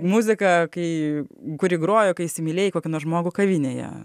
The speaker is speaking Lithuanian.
muzika kai kuri grojo kai įsimylėjai kokį nors žmogų kavinėje